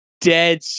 dead